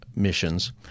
missions